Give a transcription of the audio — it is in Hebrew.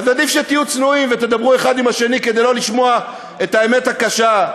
אז עדיף שתהיו צנועים ותדברו אחד עם השני כדי לא לשמוע את האמת הקשה.